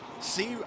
see